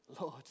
Lord